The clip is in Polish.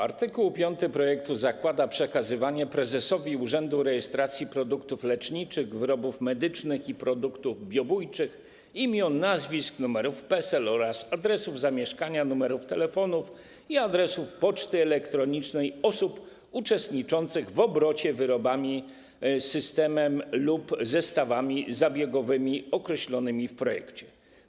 Art. 5 projektu zakłada przekazywanie prezesowi Urzędu Rejestracji Produktów Leczniczych, Wyrobów Medycznych i Produktów Biobójczych imion, nazwisk, numerów PESEL, adresów zamieszkania, numerów telefonów i adresów poczty elektronicznej osób uczestniczących w obrocie wyrobami, systemem lub zestawami zabiegowymi określonymi w projekcie.